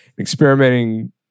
experimenting